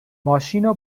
ماشینو